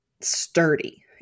sturdy